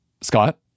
Scott